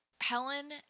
Helen